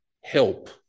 help